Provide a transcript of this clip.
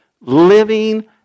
living